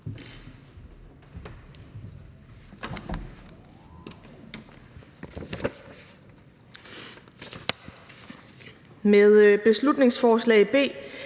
et beslutningsforslag,